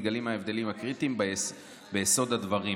מתגלים ההבדלים הקריטיים ביסוד הדברים.